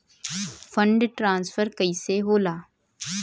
Fund transfer कैसे होला?